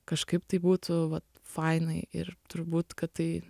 kažkaip tai būtų fainai ir turbūt kad tai